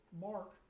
mark